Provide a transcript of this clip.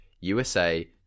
USA